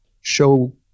show